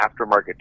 aftermarket